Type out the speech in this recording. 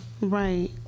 right